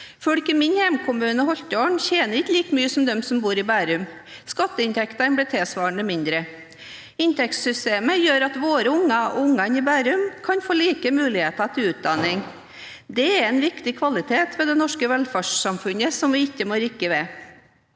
Folk i min hjemkommune, Holtålen, tjener ikke like mye som dem som bor i Bærum. Skatteinntektene blir tilsvarende mindre. Inntektssystemet gjør at våre unger og ungene i Bærum kan få like muligheter til utdanning. Det er en viktig kvalitet ved det norske velferdssamfunnet som vi ikke må rokke ved.